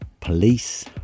Police